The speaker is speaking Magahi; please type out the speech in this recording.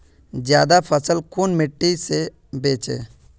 ज्यादा फसल कुन मिट्टी से बेचे?